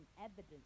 evidence